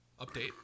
update